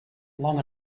long